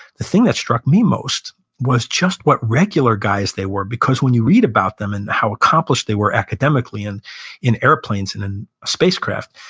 the thing that struck me most was just what regular guys they were because when you read about them and how accomplished they were academically and in airplanes and in spacecraft,